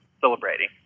celebrating